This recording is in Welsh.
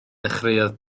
ddechreuodd